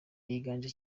biganje